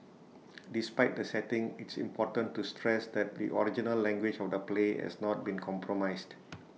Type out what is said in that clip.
despite the setting it's important to stress that the original language of the play has not been compromised